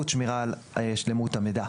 שמירה על שלמות המידע.